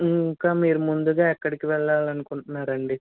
ఇంకా మీరు ముందుగా ఎక్కడకి వెళ్ళాలని అనుకుంటున్నారండి